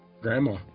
Grandma